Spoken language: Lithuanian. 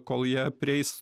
kol jie prieis